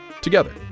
together